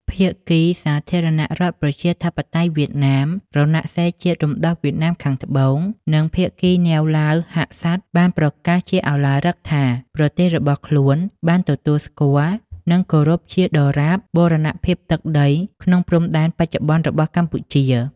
ភាគីសាធារណរដ្ឋប្រជាធិបតេយ្យវៀតណាម-រណសិរ្សជាតិរំដោះវៀតណាមខាងត្បូង និងភាគី ណេវ ឡាវ ហាក់សាត បានប្រកាសជាឧឡារិកថា ប្រទេសរបស់ខ្លួន បានទទួលស្គាល់ និងគោរពជាដរាបបូរណភាពទឹកដីក្នុងព្រំដែនបច្ចុប្បន្នរបស់កម្ពុជា។